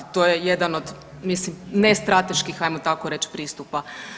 To je jedan od, mislim ne strateškim hajmo tako reći pristupa.